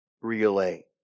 relay